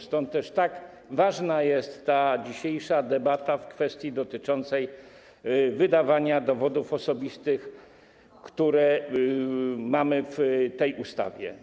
Stąd też tak ważna jest ta dzisiejsza debata w kwestii dotyczącej wydawania dowodów osobistych, kwestii określonej w tej ustawie.